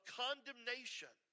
condemnation